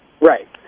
Right